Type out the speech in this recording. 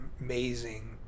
amazing